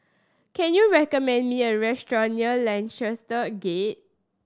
can you recommend me a restaurant near Lancaster Gate